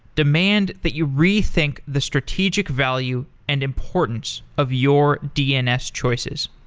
demand that you rethink the strategic value and importance of your dns choices.